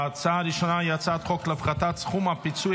ההצעה הראשונה היא הצעת חוק להפחתת סכום הפיצוי